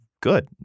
good